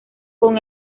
con